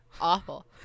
Awful